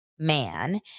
man